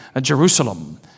Jerusalem